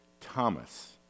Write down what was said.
Thomas